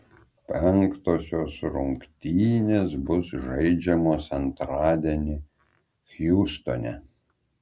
penktosios rungtynės bus žaidžiamos antradienį hjustone